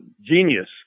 genius